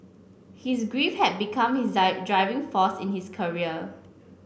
his grief had become his driving force in his career